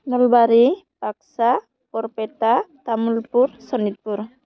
Nalbari Baksa Barpeta Tamulpur Sonitpur